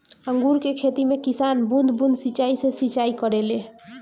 अंगूर के खेती में किसान बूंद बूंद सिंचाई से सिंचाई करेले